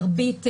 מעט יותר.